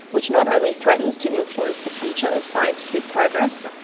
which not only threatens to influence the future of scientific progress,